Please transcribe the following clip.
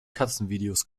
katzenvideos